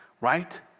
right